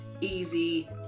easy